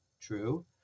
true